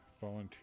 volunteer